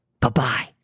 Bye-bye